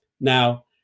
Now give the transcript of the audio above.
Now